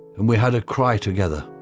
and we had a cry together.